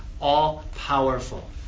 all-powerful